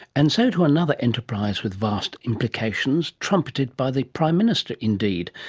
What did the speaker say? and so to another enterprise with fast implications, trumpeted by the prime minister indeed,